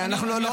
אנחנו לא,